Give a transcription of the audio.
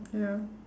ya